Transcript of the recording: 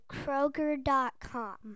Kroger.com